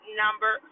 number